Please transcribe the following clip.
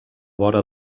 vora